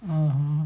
(uh huh)